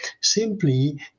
simply